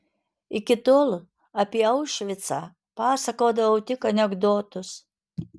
iki tol apie aušvicą pasakodavau tik anekdotus